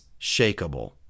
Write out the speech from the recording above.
shakable